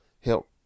help